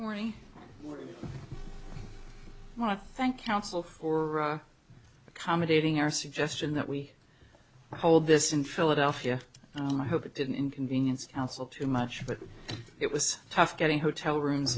morning mike thank ounces or accommodating our suggestion that we hold this in philadelphia i hope it didn't inconvenience council too much but it was tough getting hotel rooms